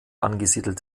angesiedelt